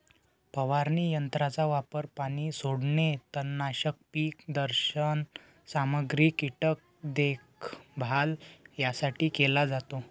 फवारणी यंत्राचा वापर पाणी सोडणे, तणनाशक, पीक प्रदर्शन सामग्री, कीटक देखभाल यासाठी केला जातो